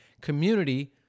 community